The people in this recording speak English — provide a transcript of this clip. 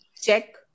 check